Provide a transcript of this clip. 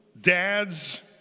dads